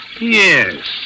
Yes